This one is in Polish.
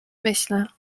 myślę